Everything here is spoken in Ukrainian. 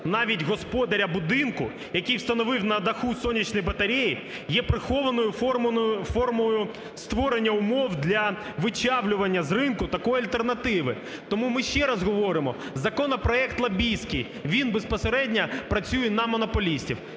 навіть господаря будинку, який встановив на даху сонячні батареї, є прихованою формою створення умов для вичавлювання з ринку такої альтернативи. Тому ми ще раз говоримо, законопроект лобістський. Він безпосередньо працює на монополістів.